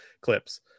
clips